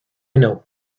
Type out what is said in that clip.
know